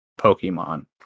Pokemon